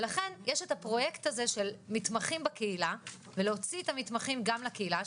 לכן יש את הפרויקט הזה של מתמחים בקהילה ולהוציא את המתמחים גם לקהילה,